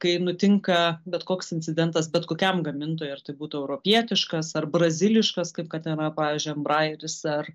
kai nutinka bet koks incidentas bet kokiam gamintojui ar tai būtų europietiškas ar braziliškas kaip kad ten yra pavyzdžiui anbrajeris ar